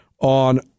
on